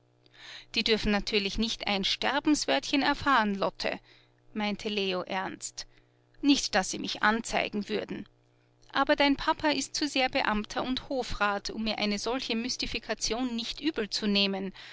die dürfen natürlich nicht ein sterbenswörtchen erfahren lotte meinte leo ernst nicht daß sie mich anzeigen würden aber dein papa ist zu sehr beamter und hofrat um mir eine solche mystifikation nicht übel zu nehmen